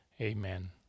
Amen